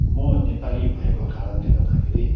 म नेपाली भएको कारणले गर्दाखेरि